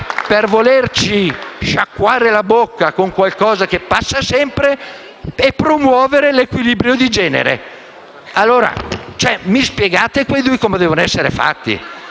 per volerci sciacquare la bocca con qualcosa che passa sempre, si promuove l'equilibrio di genere. Allora, mi spiegate quei due senatori come devono essere fatti?